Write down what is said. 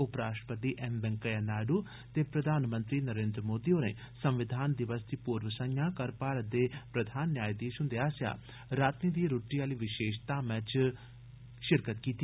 उपराष्ट्रपति एम वैंकइया नायडू ते प्रघानमंत्री नरेन्द्र मोदी होरें संविधान दिवस दी पूर्व संझां कल भारत दे प्रधान न्यायधीश हुन्दे आसेआ राती दी रूट्टी आली विशेष धामै च शिरकत कीती